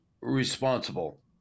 responsible